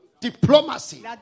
Diplomacy